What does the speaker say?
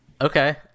Okay